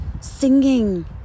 singing